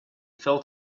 fell